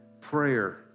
prayer